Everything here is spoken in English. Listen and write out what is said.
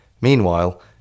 Meanwhile